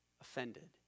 offended